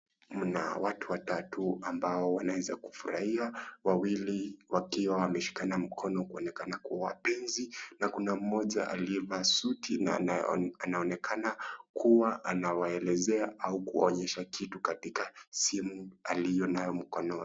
Mna watu watatu ambao wanaeza kufurahia . Wawili wakiwa wameshikana mkono kuonyesha kuwa ni wapenzi na kuna mmoja aliyevaa suti na anaonekana kuwa anaelezea au kuonyesha kitu katika simu aliyo nayo mkononi.